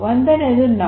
ಒಂದನೆಯದು now